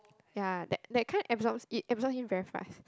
ya that that kinds absorb it absorb it very fast